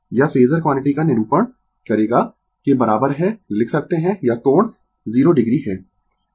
यह phasor quantity का निरूपण करेगा के बराबर है लिख सकते है यह कोण 0 o है